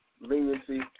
leniency